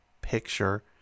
picture